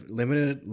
limited